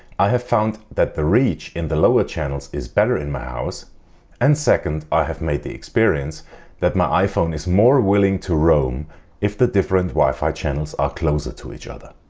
i have found that the reach in the lower channels is better in my house and second i have made the experience that my iphone is more willing to roam if the different wi-fi channels are closer to each other.